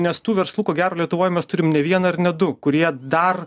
nes tų verslu ko gero lietuvoj mes turim ne vieną ar ne du kurie dar